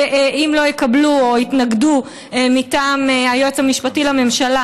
שאם לא יקבלו או יתנגדו מטעם היועץ המשפטי לממשלה